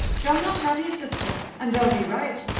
they'll not have ye, sister, and they'll be right.